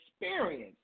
experience